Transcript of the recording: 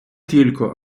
тілько